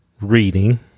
reading